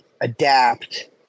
adapt